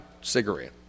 cigarette